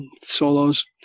solos